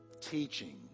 Teaching